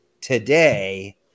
today